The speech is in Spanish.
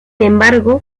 embargo